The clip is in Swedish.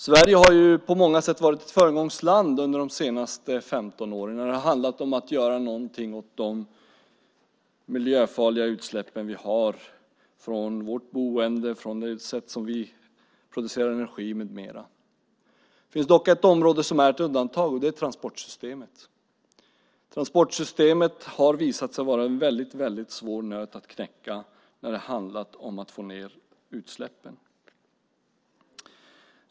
Sverige har på många sätt varit ett föregångsland under de senaste 15 åren när det har handlat om att göra någonting åt de miljöfarliga utsläpp vi har från vårt boende och det sätt vi producerar energi på med mera. Det finns dock ett område som är ett undantag, nämligen transportsystemet. Transportsystemet har visat sig vara en svår nöt att knäcka när det handlar om att få ned utsläppen.